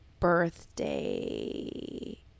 birthday